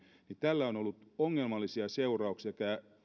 niin tällä on ollut ongelmallisia seurauksia sekä